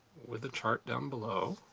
with a chart down below.